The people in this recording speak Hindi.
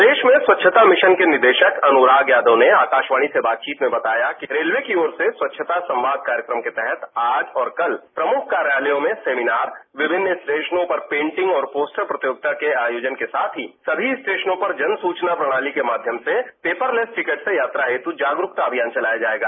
प्रदेश में स्वच्छता मिश्रन के निदेशक अनुराग यादव ने आकाशवाणी से बातचीत में बताया कि रेलवे की ओर से स्वच्छता संवाद कार्यक्रम के तहत आज और कल प्रमुख कार्यालयों में सेमिनार विभिन्न स्टेशनों पर पेंटिंग और पोस्टर प्रतियोगिता के आयोजन के साथ ही सभी स्टेशनों पर जन सूचना प्रणाली के माध्यम से पेपर लेस टिकट से यात्रा हेत जागरुकता अनियान चलाया जाएगा